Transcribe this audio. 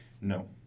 No